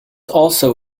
also